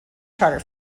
charter